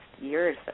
years